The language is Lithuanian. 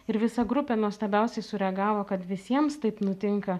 ir visa grupė nuostabiausiai sureagavo kad visiems taip nutinka